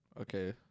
Okay